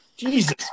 Jesus